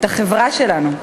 את החברה שלנו.